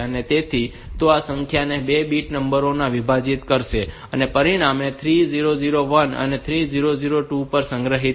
તેથી તે આ સંખ્યાને બે 8 બીટ નંબરોમાં વિભાજીત કરશે અને પરિણામો 3 0 0 1 અને 3 0 0 2 પર સંગ્રહિત કરશે